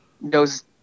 knows